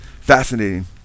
fascinating